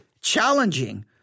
challenging